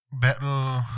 battle